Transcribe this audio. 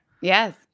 Yes